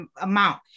amount